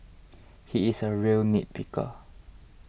he is a real nitpicker